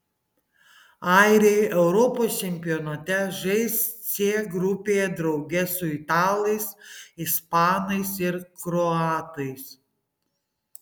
airiai europos čempionate žais c grupėje drauge su italais ispanais ir kroatais